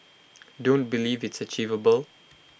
don't believe it's achievable